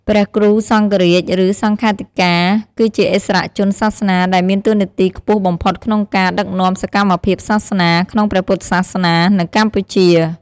ព្រះគ្រូសង្ឃរាជ ឬ សង្ឃាធិការ គឺជាឥស្សរជនសាសនាដែលមានតួនាទីខ្ពស់បំផុតក្នុងការ ដឹកនាំសកម្មភាពសាសនា ក្នុងព្រះពុទ្ធសាសនានៅកម្ពុជា។